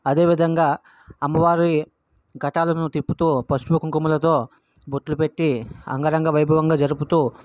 అదేవిధంగా అమ్మవారి ఘటాలను తిప్పుతు పసుపు కుంకుమలతో బొట్లు పెట్టి అంగరంగ వైభవంగా జరుపుతు